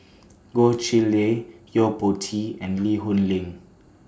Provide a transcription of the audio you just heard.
Goh Chiew Lye Yo Po Tee and Lee Hoon Leong